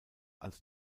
als